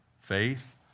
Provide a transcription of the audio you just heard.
faith